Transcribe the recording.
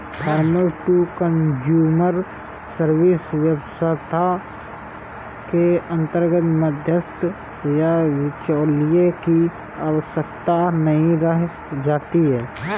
farmer to consumer service व्यवस्था के अंतर्गत मध्यस्थ या बिचौलिए की आवश्यकता नहीं रह जाती है